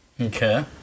Okay